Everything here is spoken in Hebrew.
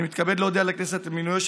אני מתכבד להודיע לכנסת על מינויו של